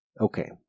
Okay